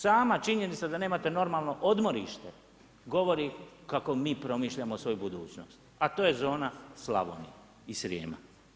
Sama činjenica da nemate normalno odmorište govori kako mi promišljamo svoju budućnost a to je zona Slavonije i Srijema.